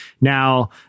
Now